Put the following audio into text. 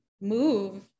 move